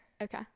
Okay